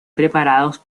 preparados